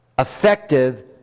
effective